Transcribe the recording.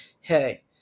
hey